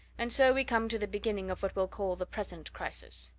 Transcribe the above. and so we come to the beginning of what we'll call the present crisis.